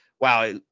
wow